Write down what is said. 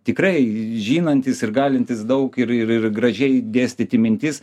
tikrai žinantys ir galintys daug ir ir ir gražiai dėstyti mintis